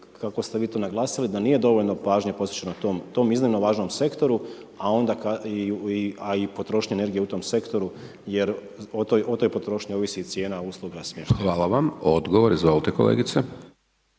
kako ste vi to naglasili, da nije dovoljno pažnje posvećeno tom iznimno važnom sektoru, a i potrošnje energije u tom sektoru jer o toj potrošnji ovisi i cijena usluga smještaja. **Hajdaš Dončić, Siniša